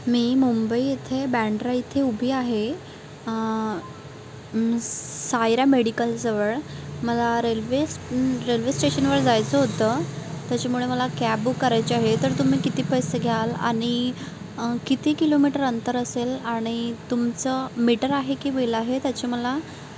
मी मुंबई येथे बँड्रा इथे उभी आहे सायरा मेडिकल जवळ मला रेल्वे रेल्वे स्टेशनवर जायचं होतं त्याच्यामुळे मला कॅब बुक करायचे आहे तर तुम्ही किती पैसे घ्याल आणि किती किलोमीटर अंतर असेल आणि तुमचं मिटर आहे की बिल आहे त्याचे मला